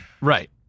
Right